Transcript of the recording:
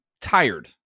tired